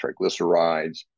triglycerides